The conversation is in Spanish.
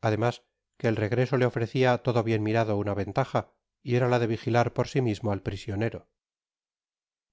además que el regreso le ofrecia todo bien mirado una ventaja y era la de vigilar por si mismo al prisionero